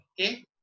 Okay